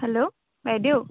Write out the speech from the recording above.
hello বাইদেউ